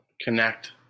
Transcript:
connect